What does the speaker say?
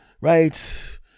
Right